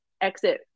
exit